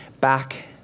back